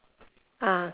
ah